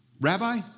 Rabbi